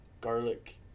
garlic